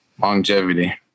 longevity